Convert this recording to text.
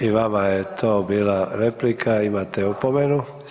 I vama je to bila replika, imate opomenu.